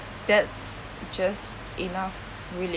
that's just enough really